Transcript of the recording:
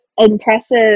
impressive